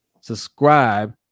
Subscribe